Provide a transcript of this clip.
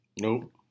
Nope